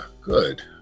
good